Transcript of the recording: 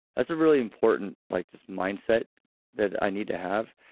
that's a really important like just mindset that i need to have.